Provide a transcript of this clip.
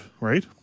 right